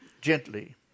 gently